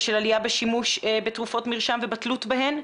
של עליה בשימוש בתרופות מרשם ובתלות בהן,